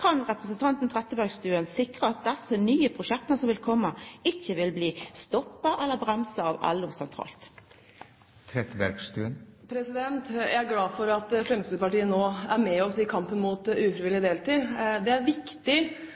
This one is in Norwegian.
Kan representanten Trettebergstuen sikra at dei nye prosjekta som vil koma, ikkje vil bli stoppa eller bremsa av LO sentralt? Jeg er glad for at Fremskrittspartiet nå er med oss i kampen mot ufrivillig deltid. Det er viktig